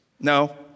No